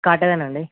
కాటేదన్ అండి